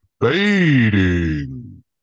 Fading